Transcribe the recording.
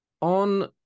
on